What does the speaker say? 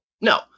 no